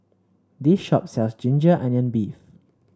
this shop sells ginger onion beef